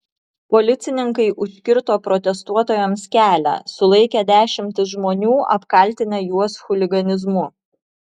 policininkai užkirto protestuotojams kelią sulaikė dešimtis žmonių apkaltinę juos chuliganizmu